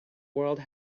world